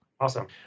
awesome